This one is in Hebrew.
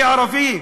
אני ערבי.